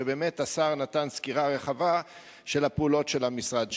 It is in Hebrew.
ובאמת השר נתן סקירה רחבה על הפעולות של המשרד שלו.